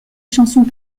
chansons